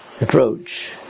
approach